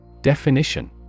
Definition